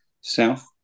South